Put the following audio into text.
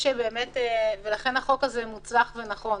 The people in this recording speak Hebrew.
לכן החוק הזה מוצלח ונכון.